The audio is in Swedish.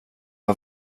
har